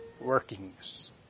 workings